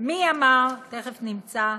מי אמר, תכף נמצא,